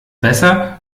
besser